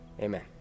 Amen